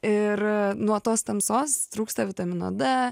ir nuo tos tamsos trūksta vitamino d